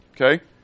okay